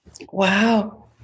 Wow